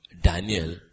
Daniel